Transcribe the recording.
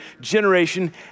generation